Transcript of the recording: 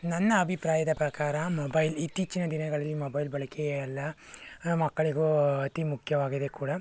ನನ್ನ ಅಭಿಪ್ರಾಯದ ಪ್ರಕಾರ ಮೊಬೈಲ್ ಇತ್ತೀಚಿನ ದಿನಗಳಲ್ಲಿ ಮೊಬೈಲ್ ಬಳಕೆ ಎಲ್ಲ ಮಕ್ಕಳಿಗೂ ಅತಿ ಮುಖ್ಯವಾಗಿದೆ ಕೂಡ